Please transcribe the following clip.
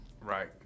Right